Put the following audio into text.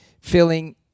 feeling